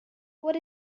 what